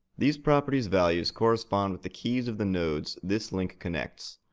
these properties' values correspond with the keys of the nodes this link connects.